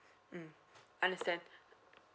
mm understand